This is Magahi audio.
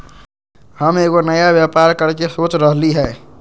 हम एगो नया व्यापर करके सोच रहलि ह